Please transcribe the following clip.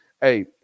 Hey